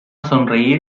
sonreír